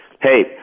hey